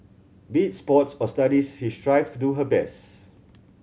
be it sports or studies she strives do her best